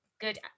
good